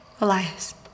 Elias